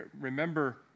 remember